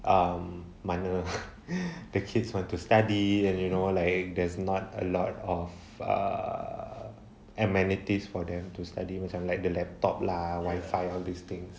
um minor the kids want to study and you know like there's not a lot of err amenities for them to study which are like the laptop lah the wifi all these things